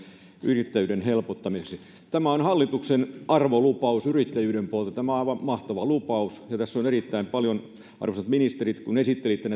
yrittäjyyden helpottamiseksi tämä on hallituksen arvolupaus yrittäjyyden puolelta tämä on aivan mahtava lupaus ja tässä on erittäin paljon toimenpiteitä arvoisat ministerit kun esittelitte